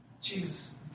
Jesus